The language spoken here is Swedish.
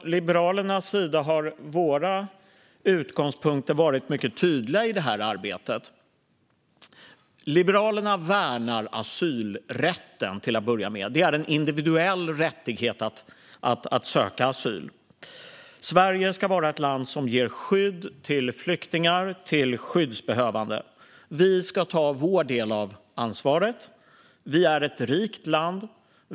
Liberalernas utgångspunkter i arbetet har varit mycket tydliga. Till att börja med värnar Liberalerna asylrätten. Det är en individuell rättighet att söka asyl. Sverige ska vara ett land som ger skydd till flyktingar och skyddsbehövande. Vi ska ta vår del av ansvaret. Vi är ett rikt land.